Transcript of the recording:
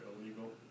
illegal